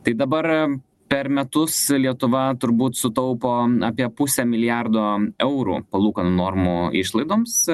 tai dabar per metus lietuva turbūt sutaupo apie pusę milijardo eurų palūkanų normų išlaidoms